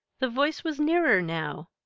the voice was nearer now,